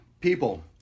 people